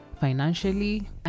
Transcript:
financially